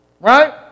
right